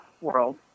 world